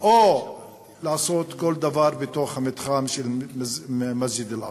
או לעשות כל דבר בתוך המתחם של מסג'ד אל-אקצא.